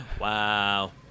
Wow